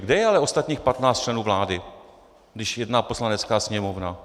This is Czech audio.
Kde je ale ostatních 15 členů vlády, když jedná Poslanecká sněmovna?